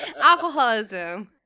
Alcoholism